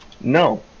No